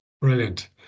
Brilliant